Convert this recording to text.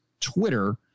Twitter